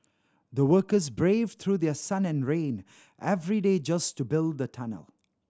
the workers braved through their sun and rain every day just to build the tunnel